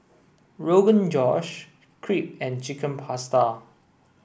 Rogan Josh Crepe and Chicken Pasta